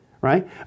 right